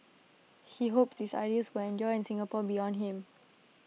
he hoped these ideals when endure in Singapore beyond him